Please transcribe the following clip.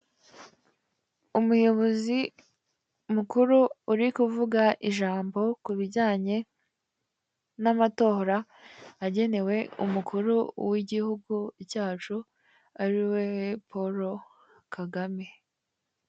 Umuyobozi mukuru uri kuvuga ijambo ku bijyanye n'amatora agenewe umukuru w'igihugu cyacu, ariwe Paul Kagame.